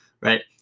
right